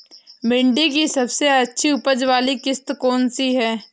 भिंडी की सबसे अच्छी उपज वाली किश्त कौन सी है?